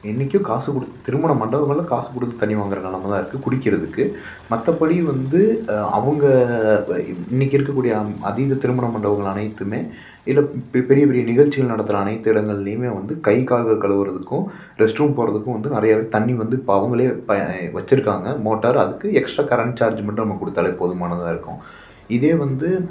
இன்றைக்கும் காசு கொடுத் திருமண மண்டபங்கள்ல காசு கொடுத்து தண்ணி வாங்குற நிலம தான் இருக்குது குடிக்கிறதுக்கு மற்றபடி வந்து அவங்க வ இம் இன்னைக்கி இருக்கக்கூடிய அம் அதீத திருமண மண்டபங்கள் அனைத்துமே இல்லை பெ பெரிய பெரிய நிகழ்ச்சிகள் நடத்துற அனைத்து இடங்கள்லையுமே வந்து கை கால்கள் கழுவுகிறதுக்கும் ரெஸ்ட் ரூம் போகிறதுக்கும் வந்து நிறையவே தண்ணி வந்து இப்போ அவங்களே ப ஏ வச்சிருக்காங்க மோட்டார் அதுக்கு எக்ஸ்ட்ரா கரண்ட் சார்ஜு மட்டும் நம்ம கொடுத்தாலே போதுமானதாக இருக்கும் இதே வந்து